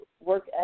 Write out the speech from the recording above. work